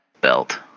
belt